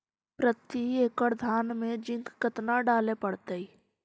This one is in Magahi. प्रती एकड़ धान मे जिंक कतना डाले पड़ताई?